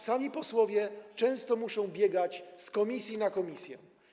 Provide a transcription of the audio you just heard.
Sami posłowie zaś często muszą biegać z komisji na komisję.